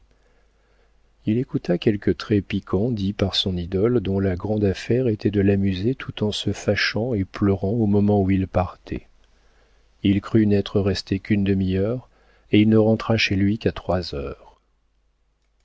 il écouta quelques traits piquants dits par son idole dont la grande affaire était de l'amuser tout en se fâchant et pleurant au moment où il partait il crut n'être resté qu'une demi-heure et il ne rentra chez lui qu'à trois heures